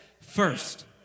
first